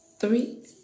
Three